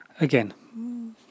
again